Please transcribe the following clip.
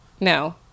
No